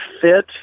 fit